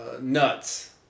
Nuts